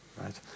right